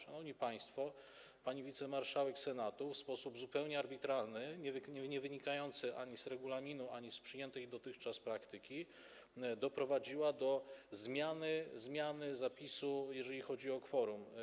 Szanowni państwo, pani wicemarszałek Senatu w sposób zupełnie arbitralny, niewynikający ani z regulaminu, ani z przyjętej dotychczas praktyki, doprowadziła do zmiany zapisu, jeżeli chodzi o kworum.